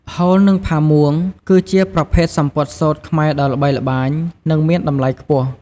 ហូល និងផាមួង គឺជាប្រភេទសំពត់សូត្រខ្មែរដ៏ល្បីល្បាញ និងមានតម្លៃខ្ពស់។